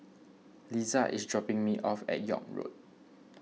Liza is dropping me off at York Road